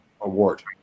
award